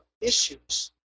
issues